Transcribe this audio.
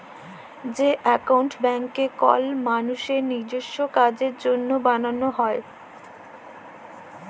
যে একাউল্ট ব্যাংকে কল মালুসের লিজস্য কাজের জ্যনহে বালাল হ্যয়